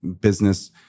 business